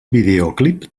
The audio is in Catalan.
videoclip